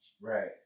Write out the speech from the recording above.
Right